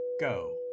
Go